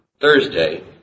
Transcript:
Thursday